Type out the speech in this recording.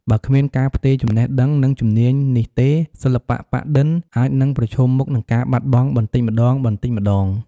បើគ្មានការផ្ទេរចំណេះដឹង និងជំនាញនេះទេ សិល្បៈប៉ាក់-ឌិន អាចនឹងប្រឈមមុខនឹងការបាត់បង់បន្តិចម្តងៗ។